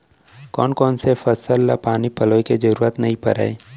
कोन कोन से फसल ला पानी पलोय के जरूरत नई परय?